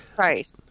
Right